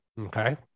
Okay